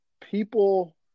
people